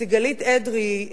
סיגלית עדרי,